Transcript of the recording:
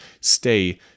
stay